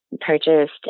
purchased